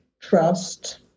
trust